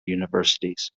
universities